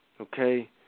Okay